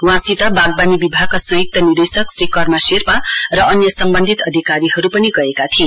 वहाँसित बागवानी विभागका संयुक्त निर्देशक श्री कर्मा शेर्पा र अन्य सम्बन्धित अधिकारीहरू पनि गएका थिए